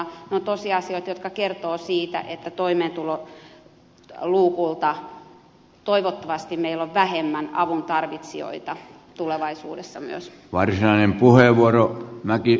ne ovat tosiasioita jotka kertovat siitä että toivottavasti meillä on toimeentulotukiluukulla vähemmän avun tarvitsijoita myös tulevaisuudessa